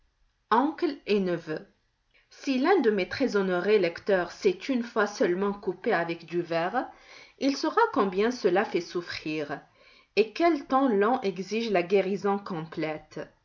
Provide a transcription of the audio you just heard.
oncle et neveu si l'un de mes très honorés lecteurs s'est une fois seulement coupé avec du verre il saura combien cela fait souffrir et quel temps long exige la guérison complète